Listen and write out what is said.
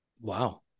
Wow